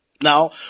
Now